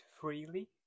freely